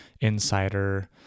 insider